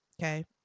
okay